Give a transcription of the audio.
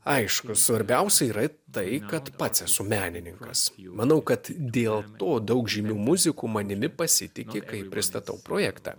aišku svarbiausia yra tai kad pats esu menininkas manau kad dėl to daug žymių muzikų manimi pasitiki kai pristatau projektą